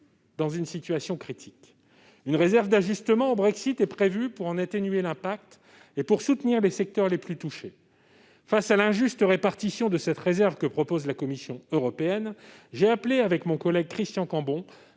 dans une situation critique. Une réserve d'ajustement au Brexit est prévue pour en atténuer l'impact et soutenir les secteurs les plus touchés. Face à l'injuste répartition de cette réserve que propose la Commission européenne, j'ai appelé avec mon collègue Christian Cambon